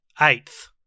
eighth